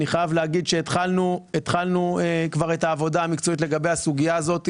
אני חייב להגיד שהתחלנו את העבודה המקצועית לגבי הסוגייה הזאת.